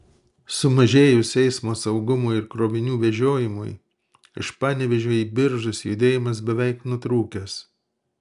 sumažėjus eismo saugumui ir krovinių vežiojimui iš panevėžio į biržus judėjimas beveik nutrūkęs